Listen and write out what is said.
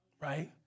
right